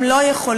הם לא יכולים.